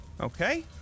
Okay